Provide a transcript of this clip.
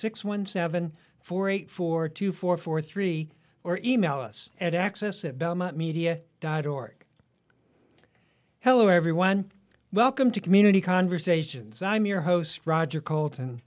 six one seven four eight four two four four three or email us at access at belmont media dot org hello everyone welcome to community conversations i'm your host roger col